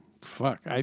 Fuck